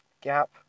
Gap